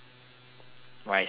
my seal friend